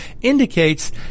indicates